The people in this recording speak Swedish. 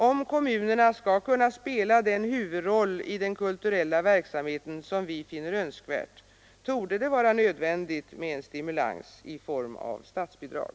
Om kommunerna skall kunna spela den huvudroll i den kulturella verksamheten som vi finner önskvärt, torde det vara nödvändigt med en stimulans i form av statsbidrag.